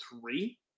three